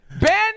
ben